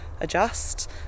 adjust